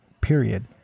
period